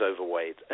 overweight